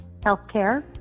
healthcare